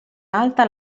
alta